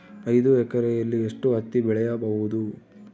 ಐದು ಎಕರೆಯಲ್ಲಿ ಎಷ್ಟು ಹತ್ತಿ ಬೆಳೆಯಬಹುದು?